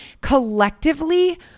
Collectively